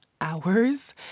hours